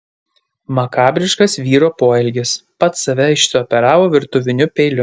makabriškas vyro poelgis pats save išsioperavo virtuviniu peiliu